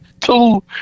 two